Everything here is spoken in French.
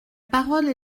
parole